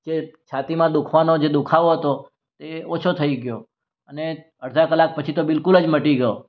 જે છાતીમાં દુખવાનો જે દુઃખાવો હતો તે ઓછો થઈ ગયો અને અડધા કલાક પછી તો બિલ્કુલ જ મટી ગયો